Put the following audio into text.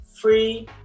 Free